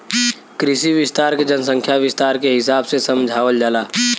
कृषि विस्तार के जनसंख्या विस्तार के हिसाब से समझावल जाला